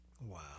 Wow